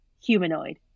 humanoid